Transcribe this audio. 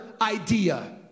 idea